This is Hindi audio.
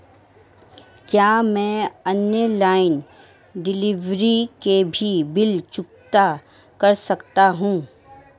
क्या मैं ऑनलाइन डिलीवरी के भी बिल चुकता कर सकता हूँ?